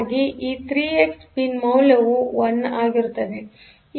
X pin ಮೌಲ್ಯವು1 ಆಗಿರುತ್ತದೆ